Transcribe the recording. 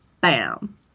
bam